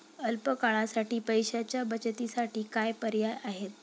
अल्प काळासाठी पैशाच्या बचतीसाठी काय पर्याय आहेत?